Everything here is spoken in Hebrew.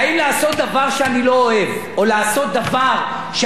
אוהב או לעשות דבר שאחרת יהיה קטסטרופה,